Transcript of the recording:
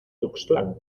tuxtlan